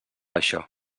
això